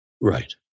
Right